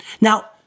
Now